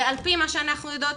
ועל פי מה שאנחנו יודעות,